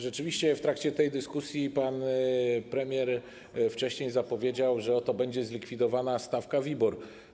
Rzeczywiście w trakcie tej dyskusji pan premier wcześniej zapowiedział, że będzie zlikwidowana stawka WIBOR.